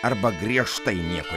arba griežtai nieko